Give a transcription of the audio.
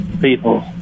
people